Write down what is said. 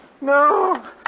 No